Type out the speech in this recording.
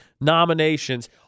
Nominations